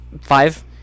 five